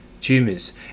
tumors